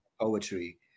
poetry